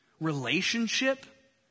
Relationship